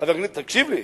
תקשיב לי,